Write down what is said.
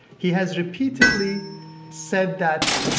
he has repeatedly said that